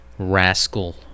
Rascal